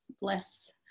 bless